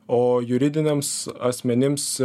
o juridiniams asmenims